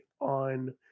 on